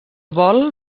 vol